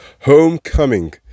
homecoming